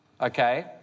okay